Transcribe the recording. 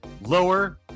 lower